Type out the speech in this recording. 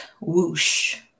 whoosh